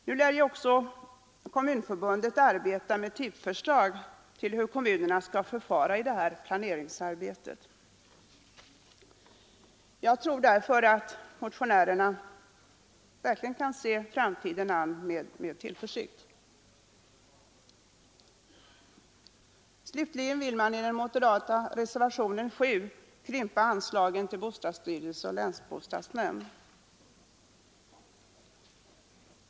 Vidare lär Kommunförbundet arbeta med typförslag till hur kommunerna skall förfara i detta planeringsarbete. Jag tror därför att motionärerna kan se framtiden an med tillförsikt. Slutligen vill moderaterna i reservationen 7 krympa anslagen till bostadsstyrelsen och länsbostadsnämnd.